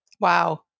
Wow